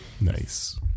Nice